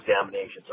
examinations